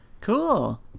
Cool